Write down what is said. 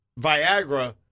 Viagra